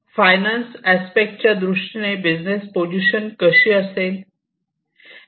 finance अस्पेक्टच्या दृष्टीने बिझनेसची पोझिशन कशी असेल